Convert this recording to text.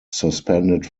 suspended